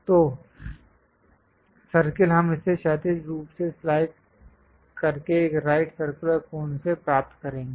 तो सर्कल हम इसे क्षैतिज रूप से स्लाइस करके एक राइट सर्कुलर कोन से प्राप्त करेंगे